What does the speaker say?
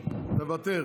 אורי, מוותרים.